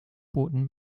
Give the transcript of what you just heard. booten